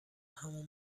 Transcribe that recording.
همون